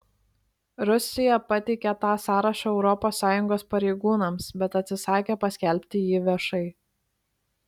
rusija pateikė tą sąrašą europos sąjungos pareigūnams bet atsisakė paskelbti jį viešai